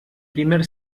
primer